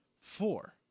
four